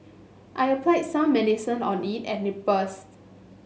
I applied some medicine on it and it burst